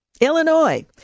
Illinois